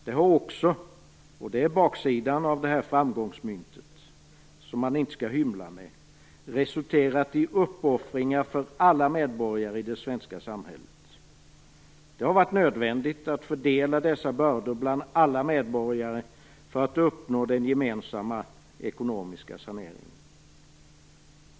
Det har också - och det är baksidan av framgångsmyntet, som man inte skall hymla med - resulterat i uppoffringar för alla medborgare i det svenska samhället. Det har varit nödvändigt att fördela dessa bördor bland alla medborgare för att uppnå den gemensamma ekonomiska saneringen.